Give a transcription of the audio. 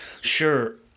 Sure